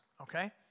okay